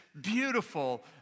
beautiful